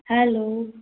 hello